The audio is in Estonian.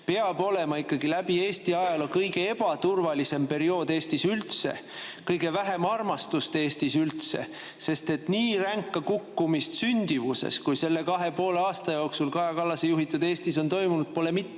peab olema ikkagi läbi Eesti ajaloo kõige ebaturvalisem periood üldse, kus on kõige vähem armastust, sest nii ränka kukkumist sündimuses, kui selle kahe ja poole aasta jooksul Kaja Kallase juhitud Eestis on toimunud, pole mitte